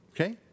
Okay